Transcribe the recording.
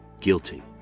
guilty